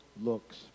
looks